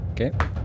Okay